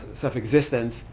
self-existence